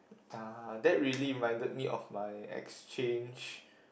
uh that really reminded me of my exchange